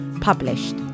published